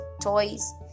toys